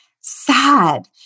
sad